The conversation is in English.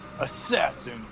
Assassin